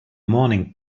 morning